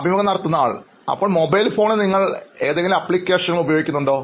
അഭിമുഖം നടത്തുന്നയാൾ അപ്പോൾ മൊബൈൽ ഫോണിൽ നിങ്ങൾ ഏതെങ്കിലും ആപ്ലിക്കേഷനുകൾ ഉപയോഗിക്കുന്നുണ്ടോ